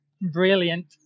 brilliant